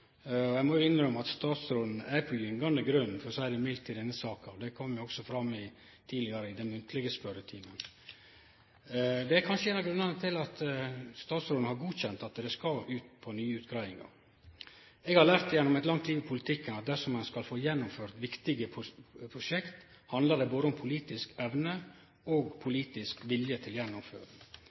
Eg må innrømme at statsråden er på gyngande grunn, for å seie det mildt, i denne saka. Det kom òg fram tidlegare i den munnlege spørjetimen. Det er kanskje ein av grunnane til at statsråden har godkjent at han skal ut på nye utgreiingar. Eg har lært gjennom eit langt liv i politikken at dersom ein skal få gjennomført viktige prosjekt, handlar det om både politisk evne og politisk vilje til gjennomføring.